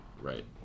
right